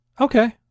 Okay